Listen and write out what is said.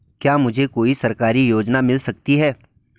क्या मुझे कोई सरकारी योजना मिल सकती है?